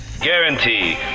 Guarantee